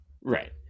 Right